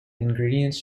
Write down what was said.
ingredients